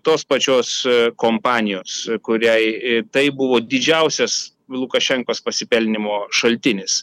tos pačios kompanijos kuriai tai buvo didžiausias lukašenkos pasipelnymo šaltinis